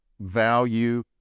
value